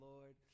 Lord